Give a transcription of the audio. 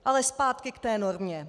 Ale zpátky k té normě.